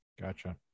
Gotcha